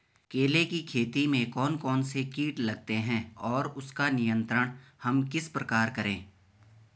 केले की खेती में कौन कौन से कीट लगते हैं और उसका नियंत्रण हम किस प्रकार करें?